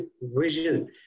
vision